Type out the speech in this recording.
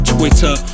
Twitter